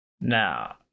Now